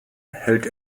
hält